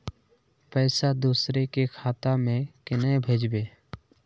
पैसा दूसरे के खाता में केना भेजबे?